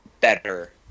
better